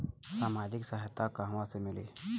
सामाजिक सहायता कहवा से मिली?